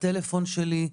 הטלפון שלי,